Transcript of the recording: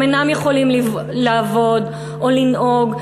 הם אינם יכולים לעבוד או לנהוג,